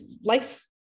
life